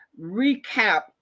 recap